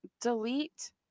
delete